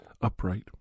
upright